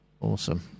Awesome